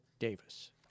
Davis